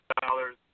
dollars